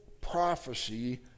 prophecy